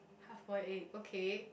half boil egg okay